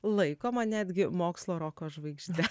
laikoma netgi mokslo roko žvaigžde